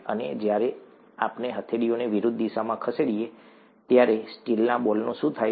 અને જ્યારે આપણે હથેળીઓને વિરુદ્ધ દિશામાં ખસેડીએ છીએ ત્યારે સ્ટીલના બોલનું શું થાય છે